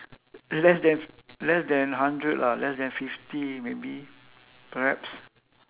less than f~ less than hundred lah less than fifty maybe perhaps